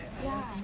ya